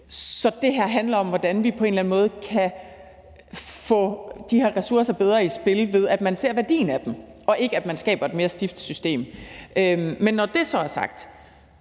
Så det her handler om, hvordan vi på en eller anden måde kan få de her ressourcer bedre i spil, ved at man ser værdien af dem, og at man ikke skaber et mere stift system. Men når det så er sagt,